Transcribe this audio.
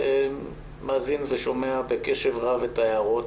אני מאזין ושומע בקשב רב את ההערות,